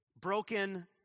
Broken